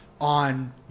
on